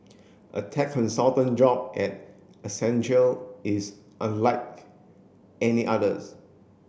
a tech consultant job at Accenture is unlike any others